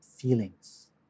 feelings